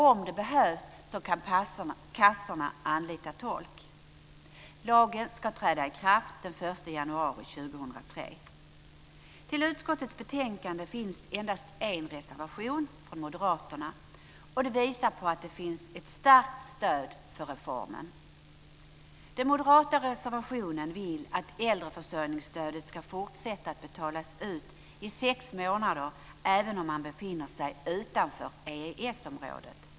Om det behövs kan kassorna anlita tolk. Lagen ska träda i kraft den 1 januari 2003. Till utskottets betänkande finns endast en reservation, från moderaterna, vilket visar att det finns ett starkt stöd för reformen. I den moderata reservationen vill man att äldreförsörjningsstödet ska fortsätta att betalas ut i sex månader även om man befinner sig utanför EES-området.